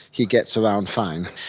he gets around fine.